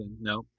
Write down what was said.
No